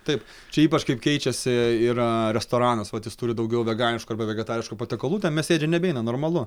taip čia ypač kaip keičiasi yra restoranas vat jis turi daugiau veganiškų arba vegetariškų patiekalų tai mes tai ir nebeeina normalu